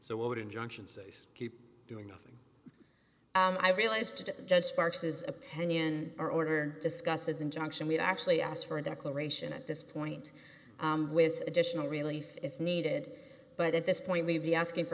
so what would injunctions ace keep doing nothing i realized judge sparks's opinion or order discusses injunction we've actually asked for a declaration at this point with additional relief if needed but at this point maybe asking for